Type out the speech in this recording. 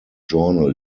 journal